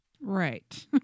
Right